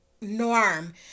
norm